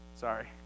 sorry